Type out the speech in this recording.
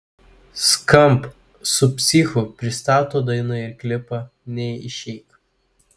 skamp su psichu pristato dainą ir klipą neišeik